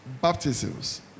Baptisms